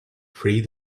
three